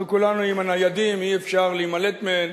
אנחנו כולנו עם הניידים, אי-אפשר להימלט מהם,